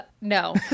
no